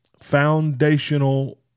foundational